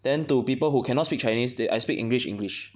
then to people who cannot speak chinese they I speak english english